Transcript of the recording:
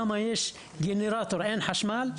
שם יש גנרטור, אין חשמל.